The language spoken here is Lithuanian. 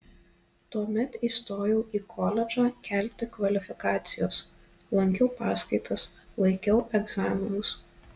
tuomet įstojau į koledžą kelti kvalifikacijos lankiau paskaitas laikiau egzaminus